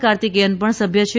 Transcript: કાર્તિકેયન પણ સભ્ય છે